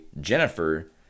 Jennifer